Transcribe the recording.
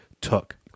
took